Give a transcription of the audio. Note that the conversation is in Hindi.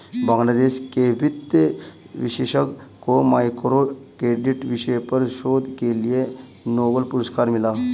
बांग्लादेश के वित्त विशेषज्ञ को माइक्रो क्रेडिट विषय पर शोध के लिए नोबेल पुरस्कार मिला